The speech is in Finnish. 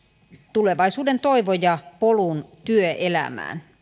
tulevaisuuden toivon ja polun työelämään